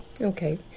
Okay